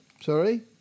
sorry